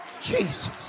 jesus